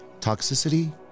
Toxicity